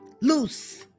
loose